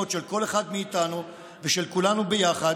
של כל אחד מאיתנו ושל כולנו ביחד,